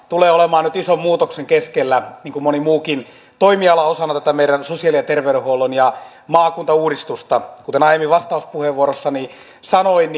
tulee olemaan nyt ison muutoksen keskellä niin kuin moni muukin toimiala osana tätä meidän sosiaali ja terveydenhuolto ja maakuntauudistusta kuten aiemmin vastauspuheenvuorossani sanoin